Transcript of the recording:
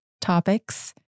topics